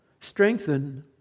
strengthen